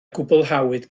gwblhawyd